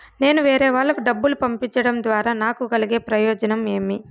నేను వేరేవాళ్లకు డబ్బులు పంపించడం ద్వారా నాకు కలిగే ప్రయోజనం ఏమి?